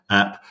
app